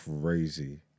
crazy